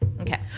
Okay